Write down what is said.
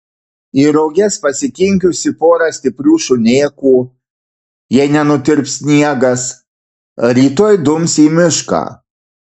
į roges pasikinkiusi porą stiprių šunėkų jei nenutirps sniegas rytoj dums į mišką